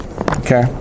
Okay